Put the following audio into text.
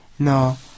No